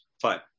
fine